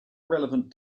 relevant